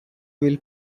will